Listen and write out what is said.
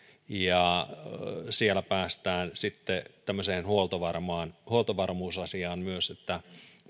siellä päästään sitten myös tämmöiseen huoltovarmuusasiaan niin että